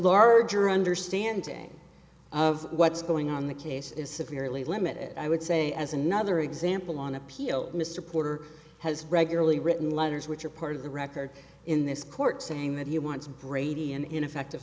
larger understanding of what's going on the case is severely limited i would say as another example on appeal mr porter has regularly written letters which are part of the record in this court saying that he wants brady an ineffective